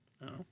No